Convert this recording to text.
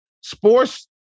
Sports